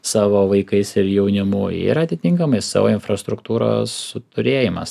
savo vaikais ir jaunimu ir atitinkamai savo infrastruktūros turėjimas